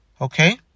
Okay